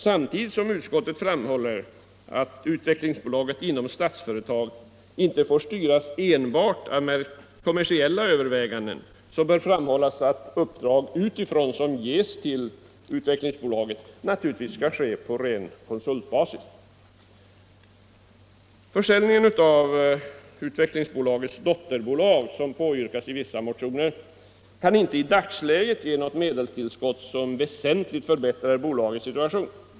Samtidigt som utskottet framhåller att Utvecklingsbolaget inom Statsföretag inte får styras enbart av kommersiella överväganden bör framhållas att uppdrag utifrån — som ges till Utvecklingsbolaget — naturligtvis skall skötas på ren konsultbasis. Försäljningen av Utvecklingsbolagets dotterbolag, som påyrkas i vissa motioner, kan inte i dagsläget ge något medelstillskott som väsentligt förbättrar bolagets situation.